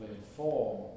inform